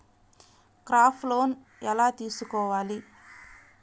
Crop loan ఎలా తీసుకోవాలి?